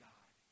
God